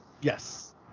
Yes